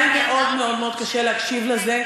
היה לי מאוד מאוד מאוד קשה להקשיב לזה,